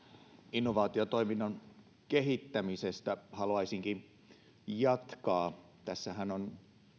innovaatiotoiminnan kehittämisestä haluaisinkin jatkaa tässähän on